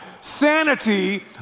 sanity